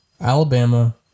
Alabama